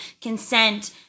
consent